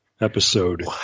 episode